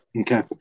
Okay